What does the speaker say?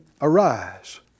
arise